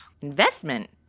Investment